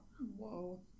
Whoa